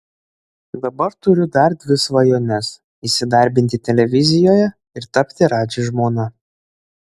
dabar turiu dar dvi svajones įsidarbinti televizijoje ir tapti radži žmona